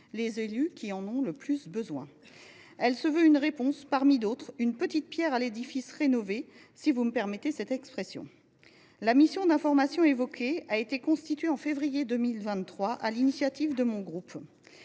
qui en ont le plus besoin. Elle se veut une réponse parmi d’autres, une petite pierre rénovée à l’édifice, si vous me permettez cette expression. La mission d’information que j’ai évoquée a été constituée en février 2023, sur l’initiative du groupe